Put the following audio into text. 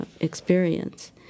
experience